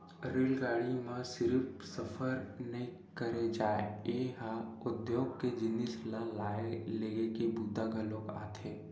रेलगाड़ी म सिरिफ सफर नइ करे जाए ए ह उद्योग के जिनिस ल लाए लेगे के बूता घलोक आथे